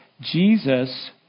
Jesus